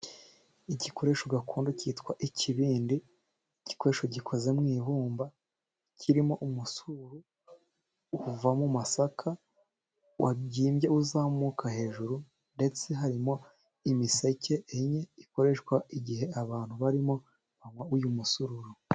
Igikoresho gakondo kitwa ikibindi, igikoresho gikoze mu ibumba kirimo umusuru uva mu masaka, wabyimbye uzamuka hejuru, ndetse harimo imiseke enye ikoreshwa igihe abantu barimo banywa uyu musururu.